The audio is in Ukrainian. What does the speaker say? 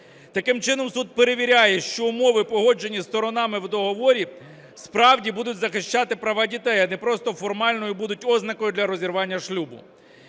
Таким чином, суд перевіряє, що умови, погоджені сторонами в договорі, справді будуть захищати права дітей, а не просто формальною будуть ознакою для розірвання шлюбу.